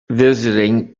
visiting